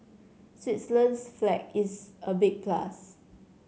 Switzerland's flag is a big plus